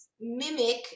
mimic